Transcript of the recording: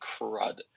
crud